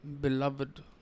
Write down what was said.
beloved